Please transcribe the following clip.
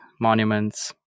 monuments